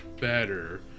better